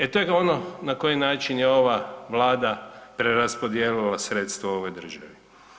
E to je ono na koji način je ova vlada preraspodijelila sredstva u ovoj državi.